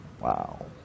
wow